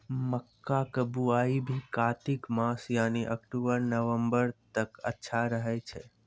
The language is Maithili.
मक्का के बुआई भी कातिक मास यानी अक्टूबर नवंबर तक अच्छा रहय छै